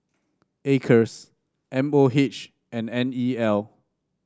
Acres M O H and N E L